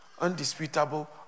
undisputable